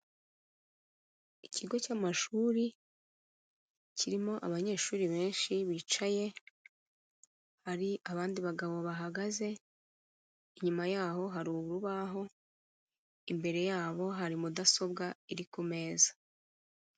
Ikigo cy'amashuri kirimo abanyeshuri benshi bicaye, hari abandi bagabo bahagaze, inyuma yaho hari urubaho, imbere yaho hari mudasobwa iri ku meza.